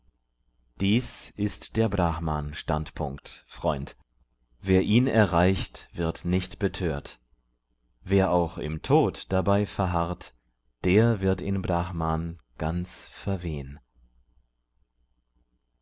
dies ist der brahman standpunkt freund wer ihn erreicht wird nicht betört wer auch im tod dabei verharrt der wird in brahman ganz verwehn